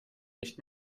nicht